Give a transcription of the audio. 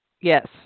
Yes